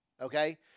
okay